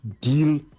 deal